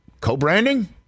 Co-branding